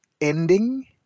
ending